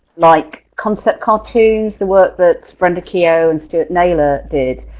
like concept cartoons, the work that brenda keogh and stuart naylor did.